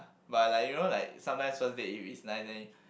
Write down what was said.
but like you know like sometimes first date you is nice then